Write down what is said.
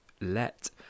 let